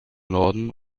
norden